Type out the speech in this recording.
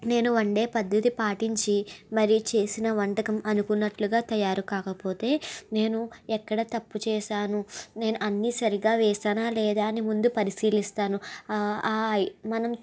నేను వండే పద్దతి పాటించి మరి చేసిన వంటకం అనుకున్నట్లుగా తయారు కాకపోతే నేను ఎక్కడ తప్పు చేశాను నేను అన్నీ సరిగా వేశానా లేదా అని ముందు పరిశీలిస్తాను ఆ ఆ మనం